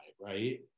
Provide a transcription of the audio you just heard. Right